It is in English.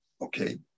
Okay